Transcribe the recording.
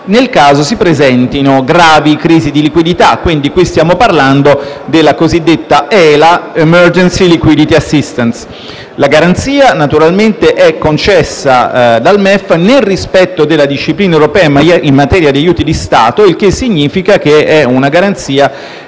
nel caso si presentino gravi crisi di liquidità, quindi stiamo parlando della cosiddetta Emergency liquidity assistance (ELA). La garanzia naturalmente è concessa dal MEF nel rispetto della disciplina europea in materia di aiuti di Stato, il che significa che è una garanzia